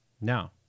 Now